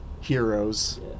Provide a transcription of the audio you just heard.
Heroes